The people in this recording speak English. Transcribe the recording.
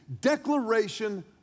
declaration